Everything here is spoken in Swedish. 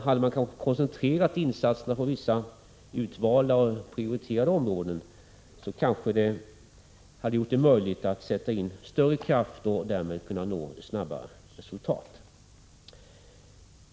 Hade man koncentrerat insatserna på vissa utvalda och prioriterade områden, kanske det hade blivit möjligt att sätta in större kraft och därmed nå snabbare resultat.